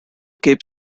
kept